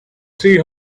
three